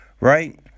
Right